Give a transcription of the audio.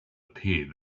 appeared